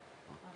אז